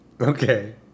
Okay